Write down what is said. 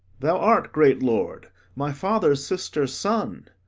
thou art, great lord, my father's sister's son,